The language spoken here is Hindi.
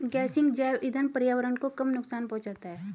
गेसिंग जैव इंधन पर्यावरण को कम नुकसान पहुंचाता है